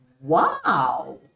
wow